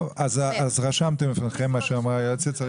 אז רשמתם בפניכם מה שאמרה היועצת.